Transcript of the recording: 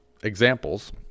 examples